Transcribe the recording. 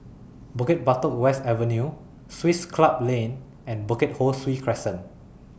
Bukit Batok West Avenue Swiss Club Lane and Bukit Ho Swee Crescent